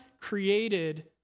created